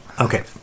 okay